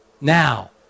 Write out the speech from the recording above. Now